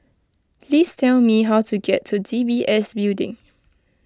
please tell me how to get to D B S Building